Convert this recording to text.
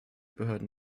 behörden